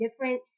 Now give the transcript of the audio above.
different